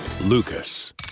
Lucas